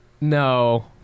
No